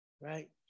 right